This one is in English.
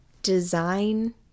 design